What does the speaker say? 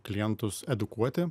klientus edukuoti